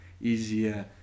easier